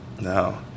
No